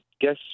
guess